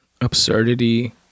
absurdity